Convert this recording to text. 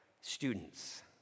students